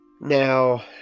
Now